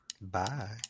Bye